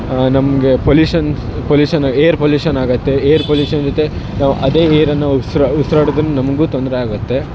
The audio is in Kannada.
ನಮಗೆ ಪೊಲಿಶನ್ಸ್ ಪೊಲಿಶನ್ ಏರ್ ಪೊಲಿಶನ್ ಆಗುತ್ತೆ ಏರ್ ಪೊಲಿಶನ್ ಜೊತೆ ನಾವು ಅದೇ ಏರ್ ಅನ್ನು ಉಸ್ರು ಉಸ್ರಾಡೋದನ್ನು ನಮಗೂ ತೊಂದರೆ ಆಗುತ್ತೆ